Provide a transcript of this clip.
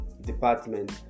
department